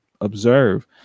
observe